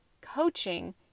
coaching